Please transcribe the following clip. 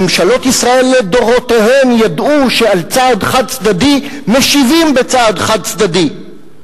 ממשלות ישראל לדורותיהן ידעו שעל צעד חד-צדדי משיבים בצעד חד-צדדי.